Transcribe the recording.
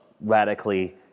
radically